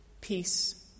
peace